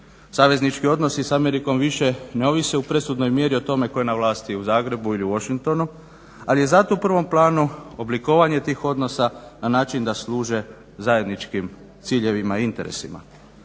Saveznički odnosi sa Amerikom više ne ovise u presudnoj mjeri o tome tko je na vlasti u Zagrebu ili u Washingtonu, ali je zato u prvom planu oblikovanje tih odnosa na način da služe zajedničkim ciljevima i interesima.